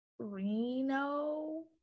Reno